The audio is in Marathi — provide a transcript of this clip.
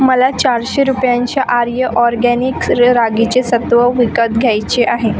मला चारशे रुपयांचे आर्य ऑरगॅनिक्स र रागीचे सत्व विकत घ्यायचे आहे